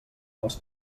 els